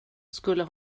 skulle